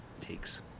takes